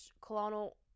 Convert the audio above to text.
colonel